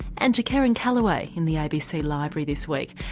and to keryn kelleway in the abc library this week.